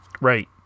Right